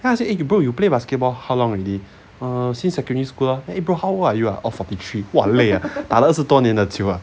then I say eh bro you play basketball how long already err since secondary school lor eh bro how old are you are orh forty three !wah! 累 ah 打了二十多年的球